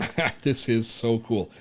this is so cool.